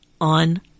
on